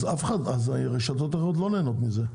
אז הרשתות האחרות לא נהנות מזה,